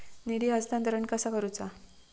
निधी हस्तांतरण कसा करुचा?